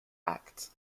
act